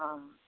অঁ